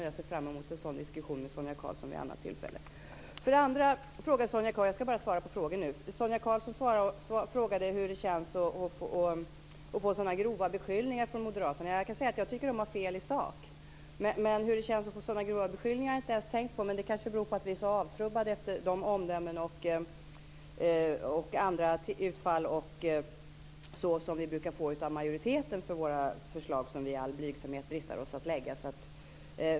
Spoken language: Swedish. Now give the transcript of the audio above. Och jag ser fram emot en sådan diskussion med Sonia Karlsson vid ett annat tillfälle. Sonia Karlsson frågade hur det känns att få sådana grova beskyllningar från moderaterna. Jag kan säga att jag tycker att de har fel i sak. Men hur det känns att få sådana grova beskyllningar har jag inte ens tänkt på. Men det kanske beror på att vi är så avtrubbade efter de omdömen och andra utfall som vi brukar få från majoriteten för våra förslag som vi i all blygsamhet dristar oss till att lägga fram.